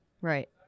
Right